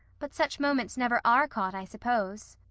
but such moments never are caught, i suppose.